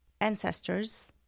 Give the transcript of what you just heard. ancestors